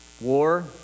War